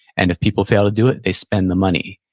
and if people fail to do it, they spend the money.